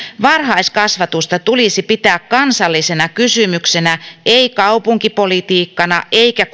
varhaiskasvatusta tulisi pitää kansallisena kysymyksenä ei kaupunkipolitiikkana eikä